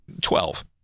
Twelve